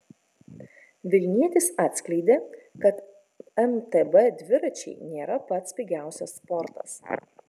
vilnietis atskleidė kad mtb dviračiai nėra pats pigiausias sportas